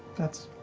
that's